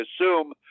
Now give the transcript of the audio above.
assume